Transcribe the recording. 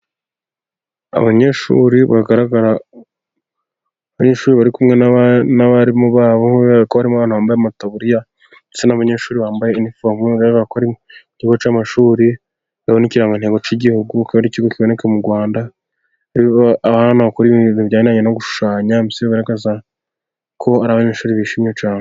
Abanyeshuri bari kumwe n'abarimu babo byumwihariko harimo abanyeshuri bambaye amataburiya ndetse n'abanyeshuri bambaye impuzankano. ni ikigo c'amashuri hariho n'ikirangantego cy'igihugu kuko ikigo kiboneka mu rwandako. Hakorerwaibintu bijyanye no gushushanya bigaragaza ko ari abanyeshuri bishimye cyane.